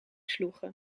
sloegen